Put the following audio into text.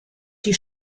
die